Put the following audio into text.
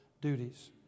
duties